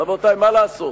רבותי, מה לעשות.